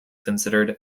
considered